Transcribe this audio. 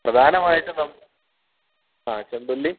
പ്രധാനമായിട്ടും നമുക്ക് ആഹ് ചെമ്പല്ലി